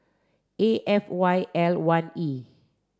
A F Y L one E